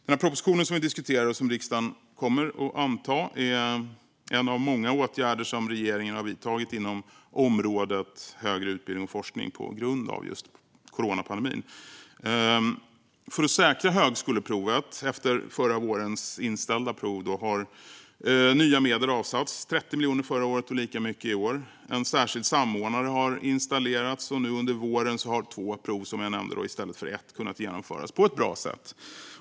Den proposition som vi diskuterar och som riksdagen kommer att anta är en av många åtgärder som regeringen har vidtagit inom området högre utbildning och forskning på grund av just coronapandemin. För att säkra högskoleprovet, efter förra vårens inställda prov, har nya medel avsatts - 30 miljoner kronor förra året och lika mycket i år. En särskild samordnare har tillsatts, och nu under våren har två prov i stället för ett, som jag nämnde, kunnat genomföras på ett bra sätt.